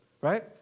right